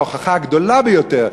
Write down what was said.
ההוכחה הגדולה ביותר,